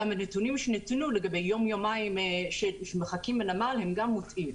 גם הנתונים שניתנו לגבי יום-יומיים שמחכים בנמל הם גם מוטעים.